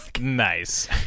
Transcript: Nice